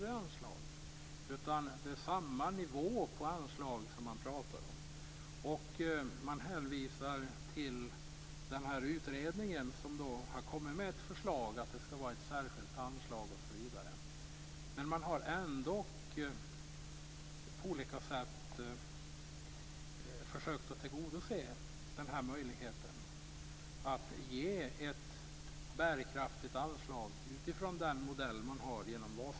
I motionen talar man om att anslaget skall ligga på samma nivå. Man hänvisar till en utredning som har föreslagit att det skall vara ett särskilt anslag osv. Utskottet har ändock på olika sätt försökt att tillgodose möjligheten att ge ett bärkraftigt anslag utifrån modellen för Vasamuseet.